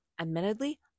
admittedly